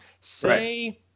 Say